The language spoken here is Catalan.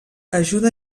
ajuda